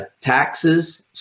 Taxes